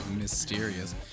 mysterious